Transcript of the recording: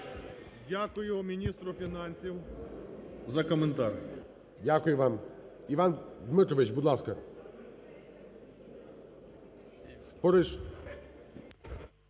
Дякую міністру фінансів за коментар. ГОЛОВУЮЧИЙ. Дякую вам. Іван Дмитрович, будь ласка.